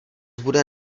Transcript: bude